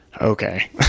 okay